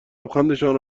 لبخندشان